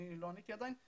אני לא עניתי עדיין,